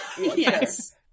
yes